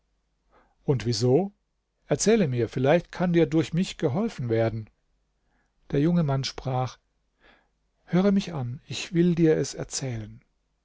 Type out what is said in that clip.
und wieso erzähle mir vielleicht kann dir durch mich geholfen werden der junge mann sprach höre mich an ich will dir es erzählen